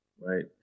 right